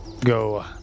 go